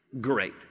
Great